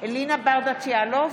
אלינה ברדץ' יאלוב,